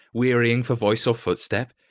wearying for voice or footstep.